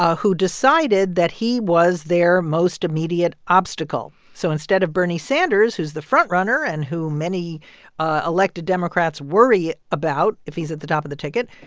ah who decided that he was their most immediate obstacle. so instead of bernie sanders, who's the front-runner and who many ah elected democrats worry about if he's at the top of the ticket,